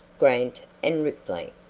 grant and ripley.